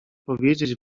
powiedzieć